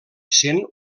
sent